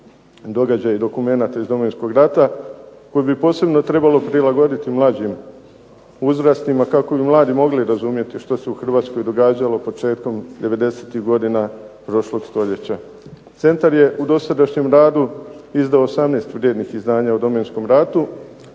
događaja i dokumenata iz Domovinskog rata koje bi posebno trebalo prilagoditi mlađim uzrastima kako bi mladi mogli razumjeti što se u Hrvatskoj događalo početkom devedesetih godina prošlog stoljeća. Centar je u dosadašnjem radu izdao 18 vrijednih izdanja o Domovinskom ratu,